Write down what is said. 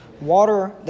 water